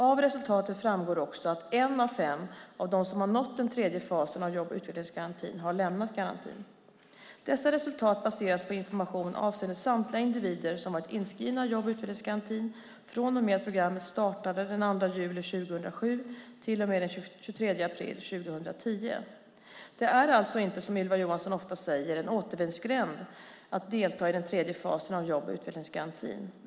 Av resultaten framgår också att en av fem av dem som har nått den tredje fasen av jobb och utvecklingsgarantin har lämnat garantin. Dessa resultat baseras på information avseende samtliga individer som varit inskrivna i jobb och utvecklingsgarantin från och med att programmet startade den 2 juli 2007 till och med den 23 april 2010. Det är alltså inte, som Ylva Johansson ofta säger, en återvändsgränd att delta i den tredje fasen av jobb och utvecklingsgarantin.